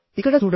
ఇక్కడ చూడండి